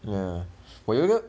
ya 我有一个